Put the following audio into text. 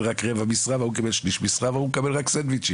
רק רבע משרה והוא קיבל שליש משרה וההוא מקבל רק סנדוויצ'ים.